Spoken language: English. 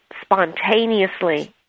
spontaneously